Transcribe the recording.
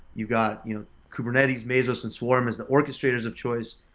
you've got you know kubernetes, mesos, and swarm as the orchestrators of choice,